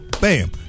Bam